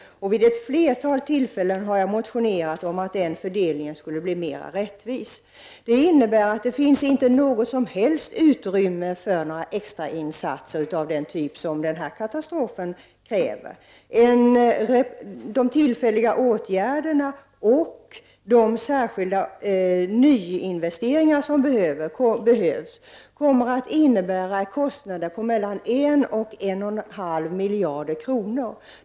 Vid ett flertal tillfällen har jag motionerat om att den fördelningen skall bli mer rättvis. Nuvarande fördelning innebär att det inte finns något som helst utrymme för några extrainsatser av den typ som denna katastrof kräver. De tillfälliga åtgärderna och de särskilda nyinvesteringar som behövs kommer att innebära kostnader på mellan 1 och 1,5 miljarder kronor.